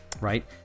right